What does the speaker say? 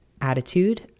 Attitude